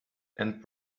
and